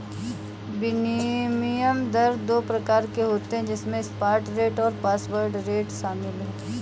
विनिमय दर दो प्रकार के होते है जिसमे स्पॉट रेट और फॉरवर्ड रेट शामिल है